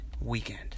weekend